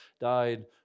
died